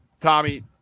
Tommy